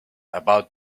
about